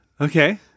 okay